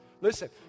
Listen